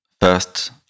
first